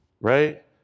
right